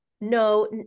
no